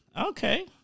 okay